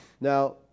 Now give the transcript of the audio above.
Now